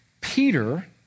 Peter